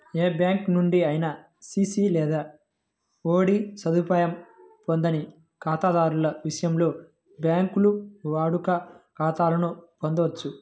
ఏ bank నుండి అయినా CC లేదా ఓడి సదుపాయం పొందని ఖాతాదారుల విషయంలో, బ్యాంకులు వాడుక ఖాతాలను పొందొచ్చు